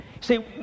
See